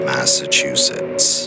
Massachusetts